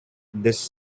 this